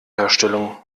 herstellung